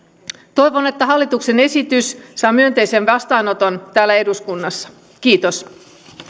toivon että hallituksen esitys saa myönteisen vastaanoton täällä eduskunnassa kiitos